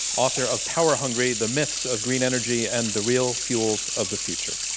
author of power hungry the myths of green energy and the real fuels of the future.